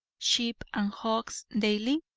sheep and hogs daily?